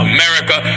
America